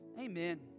Amen